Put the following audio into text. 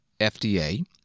FDA